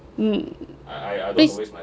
mm please